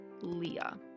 leah